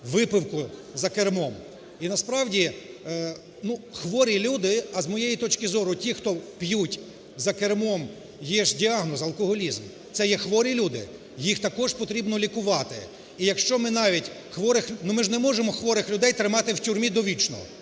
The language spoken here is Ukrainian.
випивку за кермом. І насправді, ну, хворі люди, а з моєї точки зору, ті, хто п'ють за кермом, є ж діагноз – алкоголізм, це є хворі люди, їх також потрібно лікувати. І якщо ми навіть хворих, ну, ми ж не можемо хворих людей тримати в тюрмі довічно?